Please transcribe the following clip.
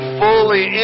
fully